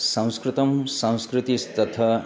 संस्कृतं संस्कृतिस्तथा